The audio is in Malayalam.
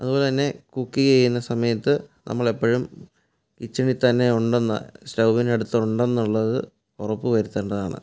അതുപോലെ തന്നെ കുക്ക് ചെയ്യുന്ന സമയത്ത് നമ്മൾ എപ്പോഴും കിച്ചനിൽ തന്നെ ഉണ്ടെന്ന് സ്റ്റവ്നു അടുത്തുണ്ടെന്നുള്ളത് ഉറപ്പു വരുത്തേണ്ടതാണ്